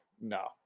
No